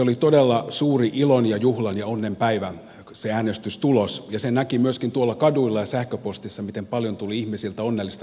oli todella suuri ilon ja juhlan ja onnen päivä sen äänestystuloksen päivä ja sen näki myöskin tuolla kaduilla ja sähköpostissa miten paljon tuli ihmisiltä onnellista palautetta